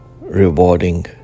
rewarding